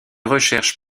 recherches